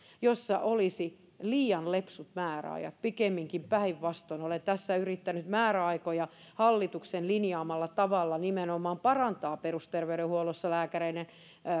jossa olisi liian lepsut määräajat pikemminkin päinvastoin olen tässä yrittänyt määräaikoja hallituksen linjaamalla tavalla nimenomaan parantaa perusterveydenhuollossa lääkäreiden